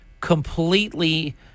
completely